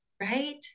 right